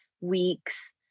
weeks